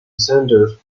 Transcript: sandhurst